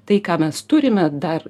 tai ką mes turime dar